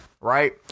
right